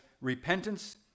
repentance